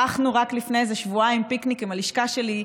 רק לפני שבועיים ערכנו פיקניק עם הלשכה שלי,